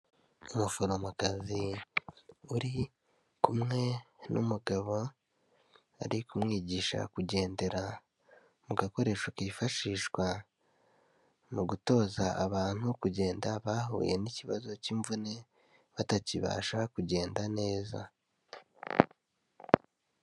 Umuforomokazi uri kumwe n'umugabo, ari kumwigisha kugendera mu gakoresho kifashishwa mu gutoza abantu kugenda bahuye n'ikibazo cy'imvune, batakibasha kugenda neza.